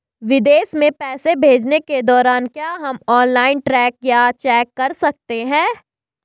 विदेश में पैसे भेजने के दौरान क्या हम ऑनलाइन ट्रैक या चेक कर सकते हैं?